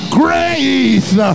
grace